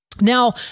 Now